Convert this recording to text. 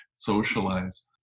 socialize